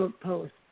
post